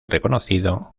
reconocido